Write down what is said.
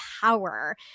power